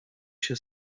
się